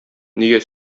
нигә